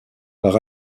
par